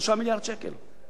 שהממשלה ויתרה על הכנסותיה.